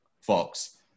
Fox